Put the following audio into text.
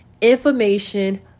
information